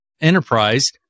enterprise